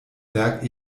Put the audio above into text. werk